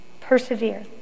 Persevere